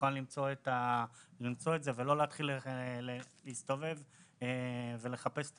נוכל למצוא את זה ולא להתחיל להסתובב ולחפש את